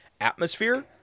atmosphere